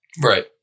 Right